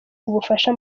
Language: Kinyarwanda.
ubufasha